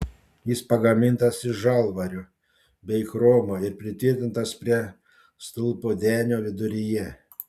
jis pagamintas iš žalvario bei chromo ir pritvirtintas prie stulpo denio viduryje